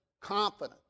confident